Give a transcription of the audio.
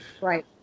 Right